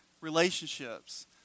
relationships